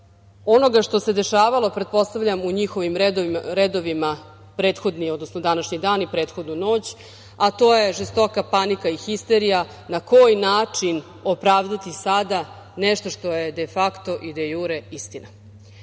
onoga što se dešavalo, pretpostavljam u njihovim redovima prethodni, odnosno, današnji dan i prethodnu noć, a to je žestoka panika i histerija, na koji način opravdati sada nešto što je defakto i dejure